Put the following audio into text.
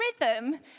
rhythm